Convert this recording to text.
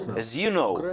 as you know,